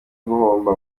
guhomba